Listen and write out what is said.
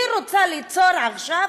היא רוצה עכשיו,